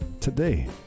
today